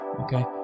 Okay